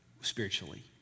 spiritually